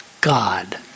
God